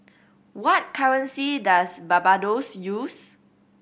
what currency does Barbados use